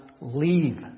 leave